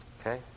okay